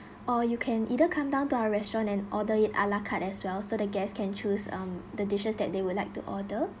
or you can either come down to our restaurant and order it a la carte as well so the guests can choose um the dishes that they would like to order